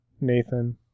Nathan